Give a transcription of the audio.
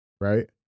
right